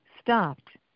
stopped